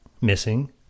missing